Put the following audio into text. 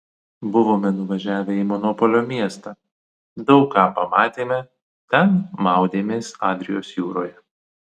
buvome nuvažiavę į monopolio miestą daug ką pamatėme ten maudėmės adrijos jūroje